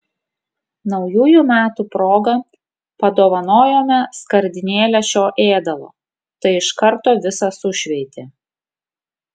naujųjų metų proga padovanojome skardinėlę šio ėdalo tai iš karto visą sušveitė